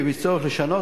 ואם יש צורך לשנות,